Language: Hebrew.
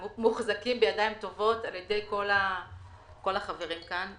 מוחזקים בידיים טובות על ידי כל החברים כאן.